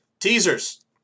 Teasers